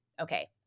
okay